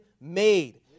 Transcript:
made